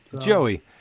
Joey